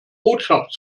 botschaft